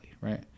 right